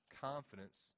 confidence